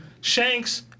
Shanks